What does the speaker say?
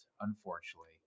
unfortunately